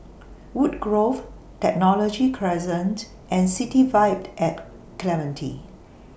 Woodgrove Technology Crescent and City Vibe At Clementi